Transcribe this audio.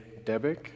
Debick